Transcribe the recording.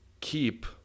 keep